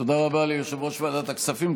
תודה רבה ליושב-ראש ועדת הכספים.